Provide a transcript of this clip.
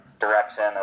direction